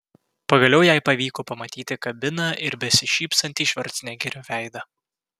pagaliau jai pavyko pamatyti kabiną ir besišypsantį švarcnegerio veidą